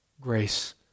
grace